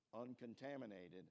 uncontaminated